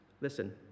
listen